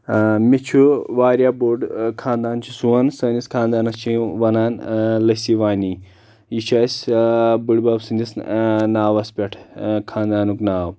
مےٚ چھُ واریاہ بوٚڑ خانٛدان چھُ سون سٲنِس خانٛدانس چھِ ونان لسی وانی یہِ چھِ اسہِ بٔڈبب سٕنٛدس ناوس پٮ۪ٹھ خانٛدانُک ناو